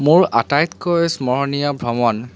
মোৰ আটাইতকৈ স্মৰণীয় ভ্ৰমণ